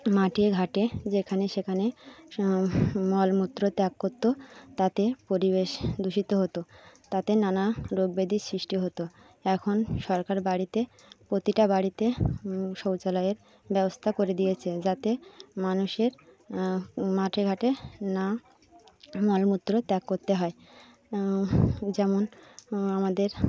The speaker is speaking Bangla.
মাঠে ঘাটে যেখানে সেখানে মলমূত্র ত্যাগ করতো তাতে পরিবেশ দূষিত হতো তাতে নানা রোগবেদের সৃষ্টি হতো এখন সরকার বাড়িতে প্রতিটা বাড়িতে শৌচালয়ের ব্যবস্থা করে দিয়েছে যাতে মানুষের মাঠে ঘাটে না মলমূত্র ত্যাগ করতো হয় যেমন আমাদের